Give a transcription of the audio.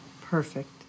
Perfect